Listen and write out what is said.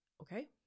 Okay